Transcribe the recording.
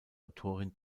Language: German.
autorin